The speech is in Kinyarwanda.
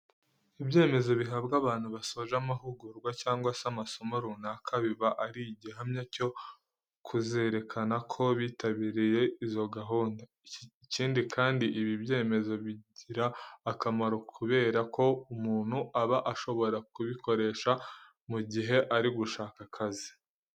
Ibyemezo bihabwa abantu basoje amahugurwa cyangwa se amasomo runaka, biba ari igihamya cyo kuzerekana ko bitabiriye izo gahunda. Ikindi kandi, ibi byemezo bigira akamaro kubera ko umuntu aba ashobora kubikoresha mu gihe ari gushaka akazi.